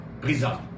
result